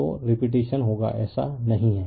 तो रिपीटेशन होगा ऐसा नहीं है